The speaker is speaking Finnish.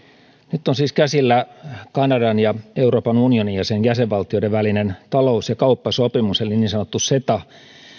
nyt on siis käsillä kanadan ja euroopan unionin ja sen jäsenvaltioiden välinen talous ja kauppasopimus eli niin sanottu ceta